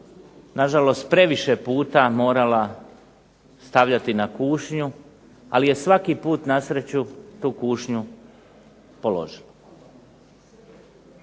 na žalost previše puta morala stavljati na kušnju, ali je svaki put na sreću tu kušnju položila.